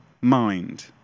mind